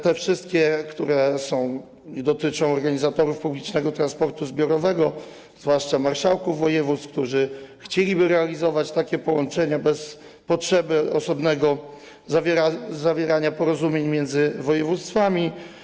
Te wszystkie, które są, dotyczą organizatorów publicznego transportu zbiorowego, zwłaszcza marszałków województw, którzy chcieliby realizować takie połączenia bez potrzeby osobnego zawierania porozumień między województwami.